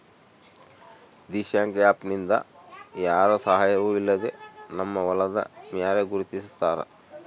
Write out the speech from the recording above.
Dishank app ನಿಂದ ಯಾರ ಸಹಾಯವೂ ಇಲ್ಲದೆ ನಮ್ಮ ಹೊಲದ ಮ್ಯಾರೆ ಗುರುತಿಸ್ತಾರ